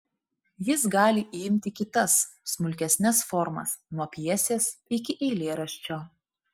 jis gali įimti kitas smulkesnes formas nuo pjesės iki eilėraščio